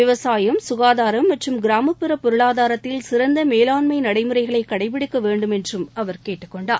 விவசாயம் சுகாதாரம் மற்றும் கிராமப்புற பொருளாதாரத்தில் சிறந்த மேலாண்மை நடடமுறைகளை கடைபிடிக்கவேண்டும் என்றும் அவர் கேட்டுக் கொண்டார்